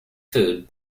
food